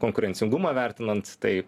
konkurencingumą vertinant tai